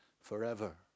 forever